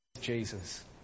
Jesus